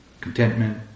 contentment